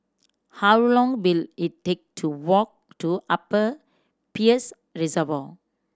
how long will it take to walk to Upper Peirce Reservoir